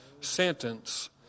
sentence